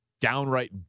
downright